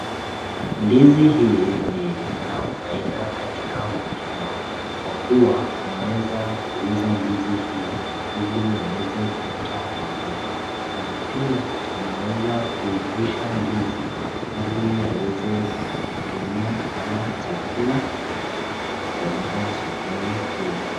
Ndizi hii inafaida katika mkulima kwa kua anaweza kuuza ndizi hii iliaweze kupata mapato na pia anaweza kuivisha ndizi ili aweze kutumia kama chakula na kupeleka sokoni pia.